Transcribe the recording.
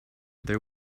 there